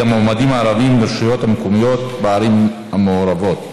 המועמדים הערבים לרשויות המקומיות בערים המעורבות,